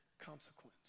Consequence